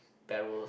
barrels